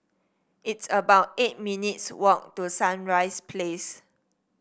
it's about eight minutes' walk to Sunrise Place